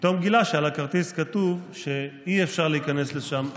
פתאום גילה שעל הכרטיס כתוב שאי-אפשר להיכנס לשם חמוש.